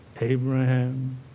Abraham